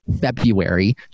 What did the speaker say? February